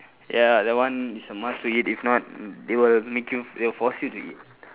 ya that one is a must to eat if not they will make you they will force you to eat